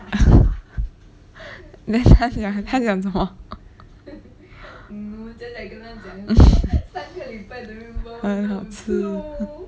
then 他讲他讲什么很好吃